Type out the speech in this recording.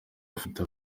bafite